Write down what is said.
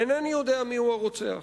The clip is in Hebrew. אינני יודע מיהו הרוצח,